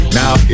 now